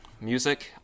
music